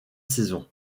saison